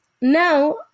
now